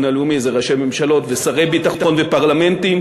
הלאומי זה ראשי ממשלות ושרי ביטחון ופרלמנטים,